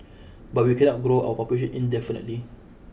but we cannot grow our population indefinitely